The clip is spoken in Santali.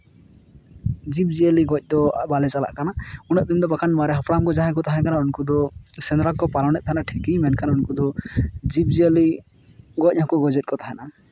ᱡᱤᱵᱽᱼᱡᱤᱭᱟᱹᱞᱤ ᱜᱚᱡ ᱫᱚ ᱵᱟᱞᱮ ᱪᱟᱞᱟᱜ ᱠᱟᱱᱟ ᱩᱱᱟᱹᱜ ᱫᱤᱱ ᱫᱚ ᱵᱟᱠᱷᱟᱱ ᱢᱟᱨᱮ ᱦᱟᱯᱲᱟᱢ ᱠᱚ ᱡᱟᱦᱟᱸᱭ ᱠᱚ ᱛᱟᱦᱮᱠᱟᱱᱟ ᱩᱱᱠᱩ ᱫᱚ ᱥᱮᱸᱫᱽᱨᱟ ᱠᱚ ᱯᱟᱞᱮᱱᱮᱫ ᱛᱟᱦᱮᱱᱟ ᱴᱷᱤᱠᱮ ᱢᱮᱱᱠᱷᱟᱱ ᱩᱱᱠᱩ ᱫᱚ ᱡᱤᱵᱽᱼᱡᱤᱭᱟᱹᱞᱤ ᱜᱚᱡ ᱦᱚᱸᱠᱚ ᱜᱚᱡᱮᱫ ᱠᱚ ᱛᱟᱦᱮᱱᱟ